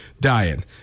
dying